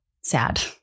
sad